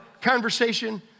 conversation